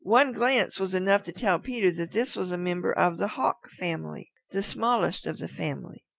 one glance was enough to tell peter that this was a member of the hawk family, the smallest of the family.